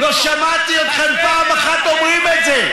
לא שמעתי אתכם פעם אחת אומרים את זה.